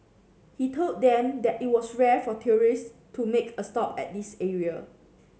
he told them that it was rare for tourists to make a stop at this area